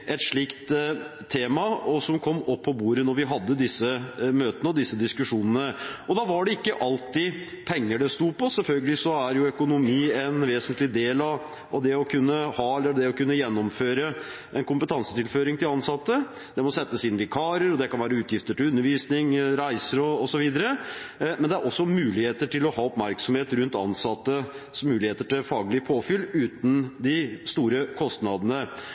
et slikt tema, som kom på bordet når vi hadde disse møtene og diskusjonene, og da var det ikke alltid penger det sto på. Selvfølgelig er økonomi en vesentlig del av å kunne gjennomføre en kompetansetilføring til ansatte. Det må settes inn vikarer, og det kan være utgifter til undervisning, reiser osv. Men det er også mulig å ha oppmerksomhet rundt ansattes muligheter til faglig påfyll, uten de store kostnadene.